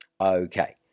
Okay